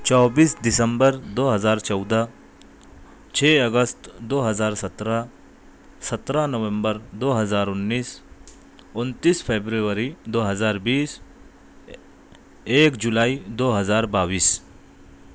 چوبیس دسمبر دو ہزار چودہ چھ اگست دو ہزار سترہ سترہ نومبر دو ہزار انیس انتیس فیبروری دو ہزار بیس ایک جولائی دو ہزار بائیس